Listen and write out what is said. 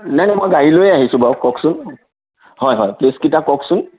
নাই নাই মই গাড়ী লৈয়ে আহিছো বাৰু কওকচোন হয় হয় প্লে'চকেইটা কওকচোন